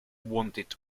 wanted